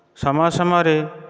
ସମୟ ସମୟରେ